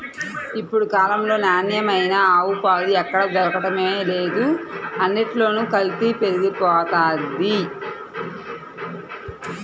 ఇప్పుడు కాలంలో నాణ్యమైన ఆవు పాలు ఎక్కడ దొరకడమే లేదు, అన్నిట్లోనూ కల్తీ పెరిగిపోతంది